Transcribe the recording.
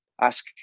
Ask